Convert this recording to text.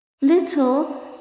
Little